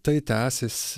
tai tęsis